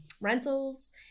rentals